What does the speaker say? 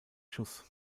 schuss